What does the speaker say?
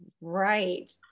Right